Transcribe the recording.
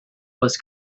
was